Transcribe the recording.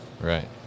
Right